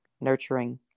nurturing